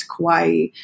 Kauai